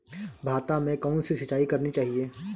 भाता में कौन सी सिंचाई करनी चाहिये?